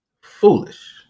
foolish